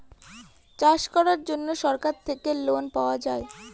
চাষ করার জন্য সরকার থেকে লোন পাওয়া যায়